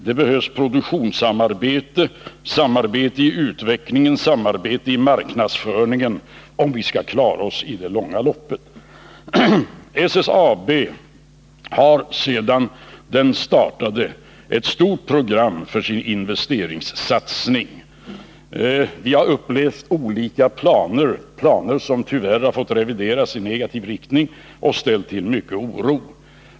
Det behövs produktionssamarbete, samarbete i utvecklingen, samarbete i marknadsföringen, om vi skall klara oss i det långa loppet. SSAB har sedan sin start ett stort program för sin investeringssatsning. Vi har upplevt olika planer, som tyvärr har fått revideras i negativ riktning och ställt till mycket oro.